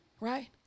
right